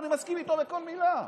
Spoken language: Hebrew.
ואני מסכים איתו בכל מילה.